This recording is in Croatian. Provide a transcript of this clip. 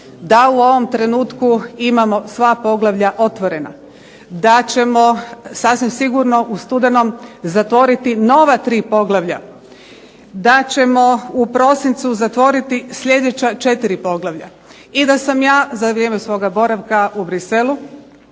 da u ovom trenutku imamo sva poglavlja otvorena, da ćemo sasvim sigurno u studenom zatvoriti nova tri poglavlja, da ćemo u prosincu zatvoriti sljedeća 4 poglavlja i da sam ja za vrijeme svog boravka u Bruxellesu